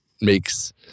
makes